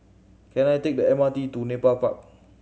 can I take the M R T to Nepal Park